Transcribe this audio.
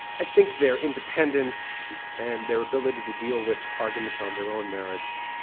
i think their independence and their ability to deal with arguments on their own merits,